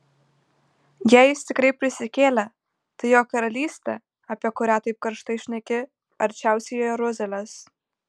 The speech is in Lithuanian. jei jis tikrai prisikėlė tai jo karalystė apie kurią taip karštai šneki arčiausiai jeruzalės